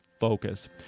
focus